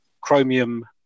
chromium